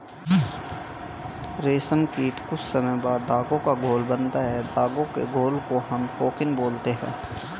रेशम कीट कुछ समय बाद धागे का घोल बनाता है धागे के घोल को हम कोकून बोलते हैं